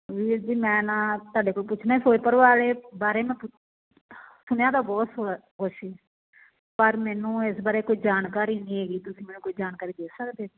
ਵੀਰ ਜੀ ਮੈਂ ਨਾ ਤੁਹਾਡੇ ਕੋਲੋਂ ਪੁੱਛਣਾ ਫਿਰੋਜ਼ਪੁਰ ਬਾਰੇ ਬਾਰੇ ਮੈਂ ਪੁੱਛ ਸੁਣਿਆ ਤਾਂ ਬਹੁਤ ਕੁਛ ਸੀ ਪਰ ਮੈਨੂੰ ਇਸ ਬਾਰੇ ਕੋਈ ਜਾਣਕਾਰੀ ਨਹੀਂ ਹੈਗੀ ਤੁਸੀਂ ਮੈਨੂੰ ਕੋਈ ਜਾਣਕਾਰੀ ਦੇ ਸਕਦੇ